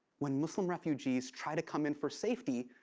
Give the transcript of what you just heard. when muslim refugees try to come in for safety,